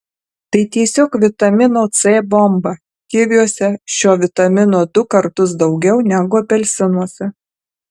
tai tiesiog vitamino c bomba kiviuose šio vitamino du kartus daugiau negu apelsinuose